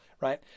right